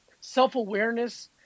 self-awareness